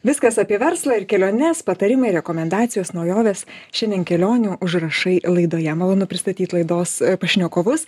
viskas apie verslą ir keliones patarimai rekomendacijos naujovės šiandien kelionių užrašai laidoje malonu pristatyt laidos pašnekovus